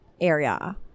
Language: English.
area